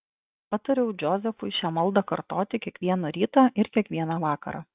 patariau džozefui šią maldą kartoti kiekvieną rytą ir kiekvieną vakarą